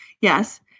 Yes